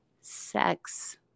sex